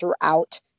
throughout